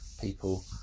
people